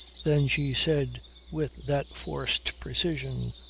then she said with that forced precision,